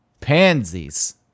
pansies